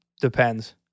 depends